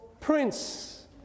prince